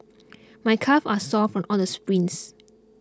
my calves are sore from all the sprints